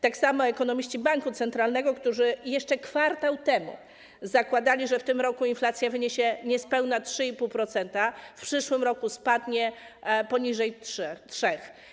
Tak samo ekonomiści banku centralnego, którzy jeszcze kwartał temu zakładali, że w tym roku inflacja wyniesie niespełna 3,5%, w przyszłym roku spadnie poniżej 3%.